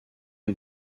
est